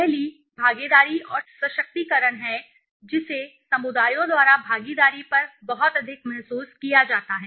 पहली भागीदारी और सशक्तिकरण है जिसे समुदायों द्वारा भागीदारी पर बहुत अधिक महसूस किया जाता है